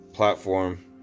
platform